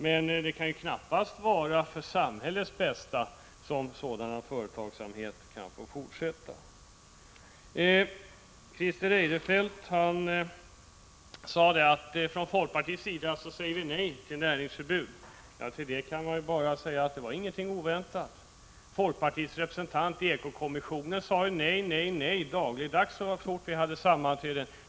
Men det kan knappast vara för samhällets bästa som sådan företagssamhet får fortsätta. Christer Eirefelt sade att folkpartiet säger nej till näringsförbud. Till det kan jag bara säga att det inte var någonting oväntat. Folkpartiets representant i ekokommissionen sade nej, nej, dagligdags, så fort vi hade sammanträde.